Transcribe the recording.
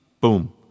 boom